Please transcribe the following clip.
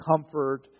comfort